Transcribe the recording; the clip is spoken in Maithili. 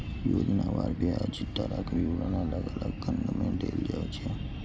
योजनावार ब्याज दरक विवरण अलग अलग खंड मे देल जाइ छै